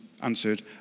answered